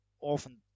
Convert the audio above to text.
often